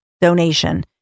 Donation